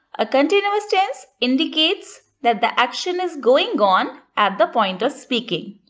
a continuous tense indicates that the action is going on at the point of speaking.